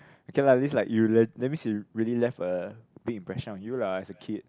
okay lah at least like you le~ that means he really left a big impression on you lah as a kid